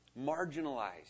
marginalized